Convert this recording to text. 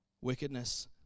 wickedness